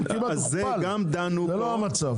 זה לא המצב.